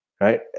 right